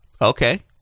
Okay